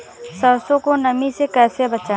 सरसो को नमी से कैसे बचाएं?